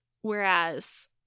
whereas